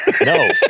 No